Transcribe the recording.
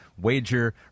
wager